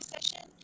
session